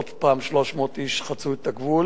ועוד פעם 300 איש חצו את הגבול